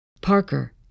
Parker